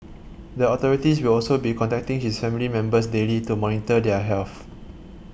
the authorities will also be contacting his family members daily to monitor their health